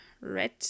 red